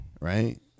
Right